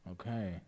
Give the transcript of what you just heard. Okay